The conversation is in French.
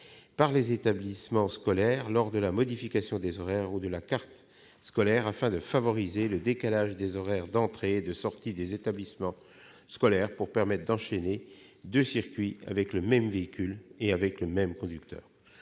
par les établissements scolaires lors de la modification des horaires ou de la carte scolaire, afin de favoriser le décalage des horaires d'entrée et de sortie de ces établissements pour permettre d'enchaîner deux circuits avec le même véhicule et le même conducteur.